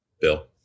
Bill